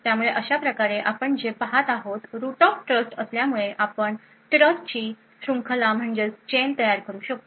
त्यामुळे अशा प्रकारे आपण जे पाहत आहोत रूट ऑफ ट्रस्ट असल्यामुळे आपण ट्रस्टची शृंखला तयार करू शकतो